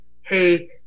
hey